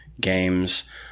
games